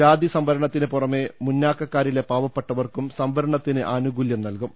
ജാതി സംവരണത്തിന് പുറമെ മുന്നാക്കക്കാരിലെ പാവപ്പെ ട്ട വർക്കും സംവരണത്തിന് ആനു കൂലൃം നൽകും